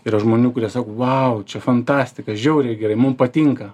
yra žmonių kurie sako wow čia fantastika žiauriai gerai mum patinka